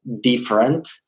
different